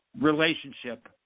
relationship